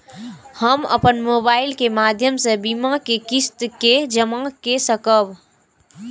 हम अपन मोबाइल के माध्यम से बीमा के किस्त के जमा कै सकब?